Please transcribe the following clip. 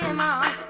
and la